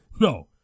No